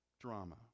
Drama